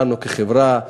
לנו כחברה,